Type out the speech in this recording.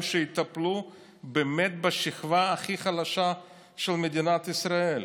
שיטפלו בשכבה הכי חלשה של מדינת ישראל,